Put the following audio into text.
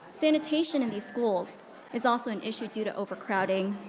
sanitation in these schools is also an issue due to overcrowding,